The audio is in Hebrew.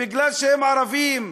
מפני שהם ערבים.